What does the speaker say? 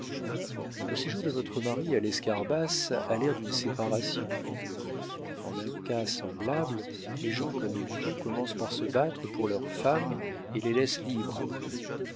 le séjour de votre mari à l'escarbas a l'air d'une séparation en un cas semblable les gens comme il faut commencent par se battre pour leurs femmes et les laissent libres après